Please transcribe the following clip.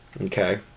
Okay